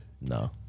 No